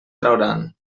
trauran